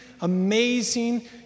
amazing